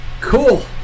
Cool